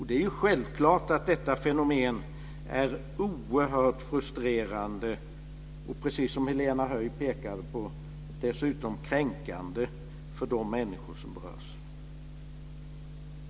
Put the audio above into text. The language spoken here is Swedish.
Det är självklart att detta fenomen är oerhört frustrerande och dessutom, precis som Helena Höij pekade på, kränkande för de människor som berörs.